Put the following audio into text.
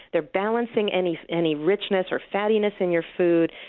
they're balancing any any richness or fattiness in your food.